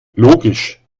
logisch